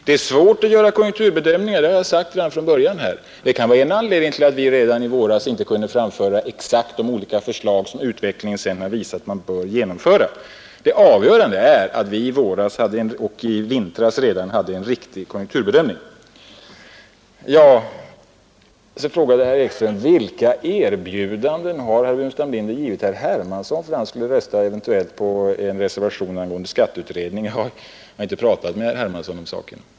Det är svårt att göra konjunkturbedömningar — det har jag sagt redan från början i den här debatten — och det kan vara en anledning till att vi inte redan i våras kunde framlägga förslag till exakt de olika åtgärder som utvecklingen sedan har visat att man bör genomföra. Det avgörande är att vi i våras — ja, redan i vintras — gjorde en riktig konjunkturbedömning. Sedan frågade herr Ekström: Vilka erbjudanden har herr Burenstam Linder gett herr Hermansson för att han eventuellt skulle rösta för en reservation angående skatteutredning? Jag har inte pratat med herr Hermansson om saken.